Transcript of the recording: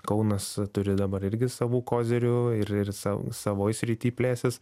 kaunas turi dabar irgi savų kozirių ir sav savoj srity plėsis